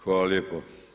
Hvala lijepo.